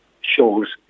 shows